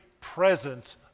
presence